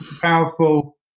powerful